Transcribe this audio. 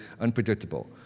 unpredictable